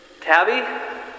Tabby